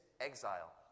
exile